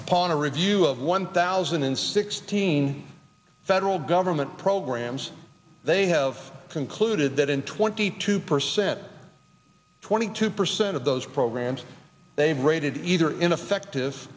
upon a review of one thousand and sixteen federal government programs they have concluded that in twenty two percent at twenty two percent of those programs they've rated either ineffective